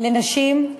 כלפי נשים.